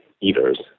eaters